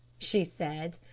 she said,